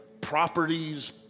properties